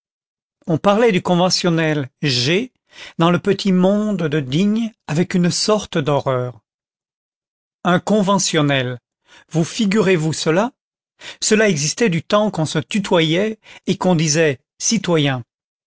on parlait du conventionnel g dans le petit monde de digne avec une sorte d'horreur un conventionnel vous figurez-vous cela cela existait du temps qu'on se tutoyait et qu'on disait citoyen